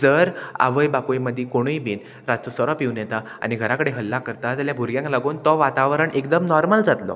जर आवय बापूय मदीं कोणूय बीन रातचो सोरो पिवून येता आनी घराकडेन हल्ला करता जाल्यार भुरग्यांक लागून तो वातावरण एकदम नॉर्मल जातलो